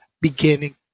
beginning